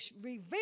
reveal